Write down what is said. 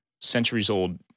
centuries-old